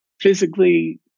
physically